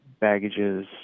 baggages